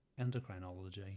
Endocrinology